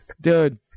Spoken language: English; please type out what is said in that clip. dude